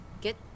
get